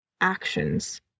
actions